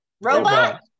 Robot